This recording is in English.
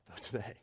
today